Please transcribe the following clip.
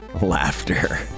laughter